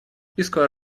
списку